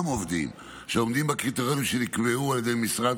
עובדים ועומדים בקריטריונים שנקבעו על ידי המשרד,